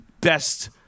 Best